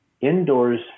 indoors